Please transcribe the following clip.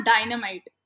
Dynamite